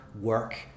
work